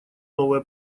новая